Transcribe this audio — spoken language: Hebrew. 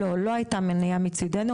לא הייתה מניעה מצידנו,